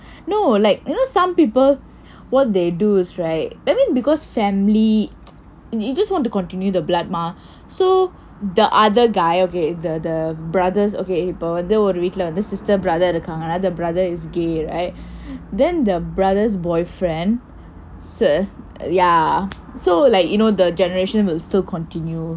no like you know some people what they do is right you know because family you just want to continue the blood mah so the other guy ok the the brothers okay இப்போ வந்து ஒரு வீட்டில வந்து:ippoo vandthu oru viitdila vanthu sister brother இருக்காங்கன்னா:irukkaangkanna the brother is gay right then the brothers boyfriend se~ ya so like you know the generation will still continue